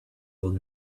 old